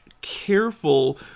careful